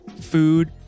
food